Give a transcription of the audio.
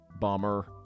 Bummer